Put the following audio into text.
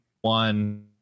one